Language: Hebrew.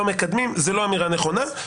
לא מקדמים זו לא אמירה נכונה.